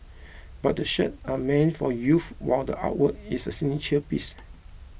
but the shirt are meant for youth while the artwork is a signature piece